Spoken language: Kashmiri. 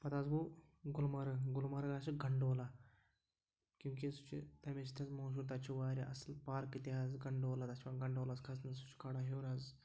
پَتہٕ حظ گوٚو گُلمرگ گُلمرگ حظ چھُ گَنڈولہ کیونکہِ سُہ چھُ تَمے سۭتۍ حظ موشوٗر تَتہِ چھُ واریاہ اَصٕل پارکہٕ تہِ حظ گَنڈولا تَتھ چھِ وَنان گَنڈولاہَس کھَسنہٕ سُہ چھُ کھالان ہیٚور حظ